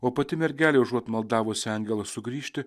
o pati mergelė užuot maldavusi angelą sugrįžti